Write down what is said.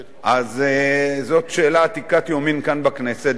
אז, זאת שאלה עתיקת יומין כאן, בכנסת.